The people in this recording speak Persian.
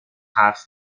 حرف